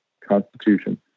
constitution